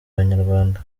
abanyarwanda